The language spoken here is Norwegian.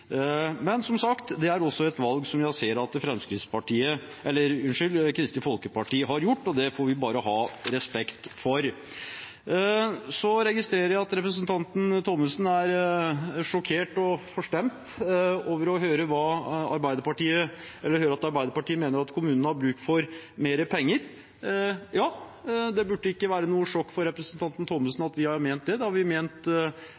det som det blir. Men som sagt, det er et valg som Kristelig Folkeparti har gjort, og det får vi bare ha respekt for. Så registrerer jeg at representanten Thommessen er sjokkert og forstemt over å høre at Arbeiderpartiet mener at kommunene har bruk for mer penger. Ja, det burde ikke være noe sjokk for representanten Thommessen